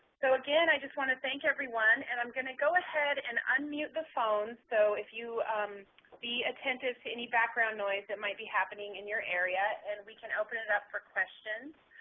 so, again, i just want to thank everyone. and i'm going to go ahead and unmute the phones, so if you can be attentive to any background noise that might be happening in your area, and we can open it up for questions.